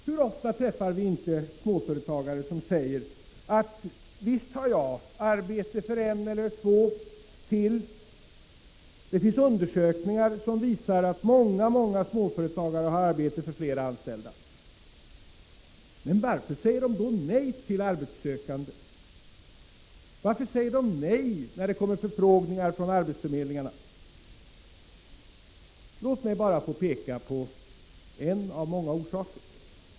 Hur ofta träffar vi inte småföretagare som säger:” Visst har jag arbete för ytterligare en eller två.” Det finns undersökningar som visar att många småföretagare har arbete för fler människor. Men varför säger de då nej till arbetssökande? Varför säger de nej när det kommer förfrågningar från arbetsförmedlingarna? Låt mig bara få peka på en av många orsaker.